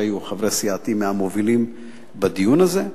שחברי סיעתי היו מהמובילים בדיון הזה,